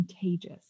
contagious